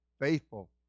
faithful